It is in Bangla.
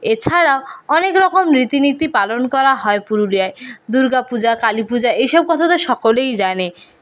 এছাড়াও অনেক রকম রীতি নীতি পালন করা হয় পুরুলিয়ায় দুর্গা পূজা কালী পূজা এই সব কথা তো সকলেই জানে